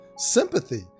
Sympathy